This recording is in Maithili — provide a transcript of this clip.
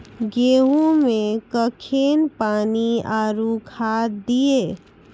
गेहूँ मे कखेन पानी आरु खाद दिये?